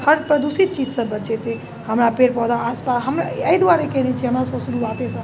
हर प्रदूषित चीजसँ बचेतै हमरा पेड़ पौधा आसपास हमरा एहि दुआरे कहै छिए हमरा सबके शुरुआतेसँ